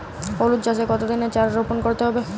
হলুদ চাষে কত দিনের চারা রোপন করতে হবে?